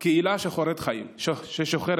קהילה שוחרת חיים.